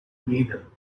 neither